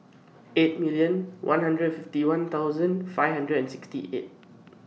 eight million one hundred and fifty one thousand five hundred and sixty eight